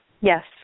Yes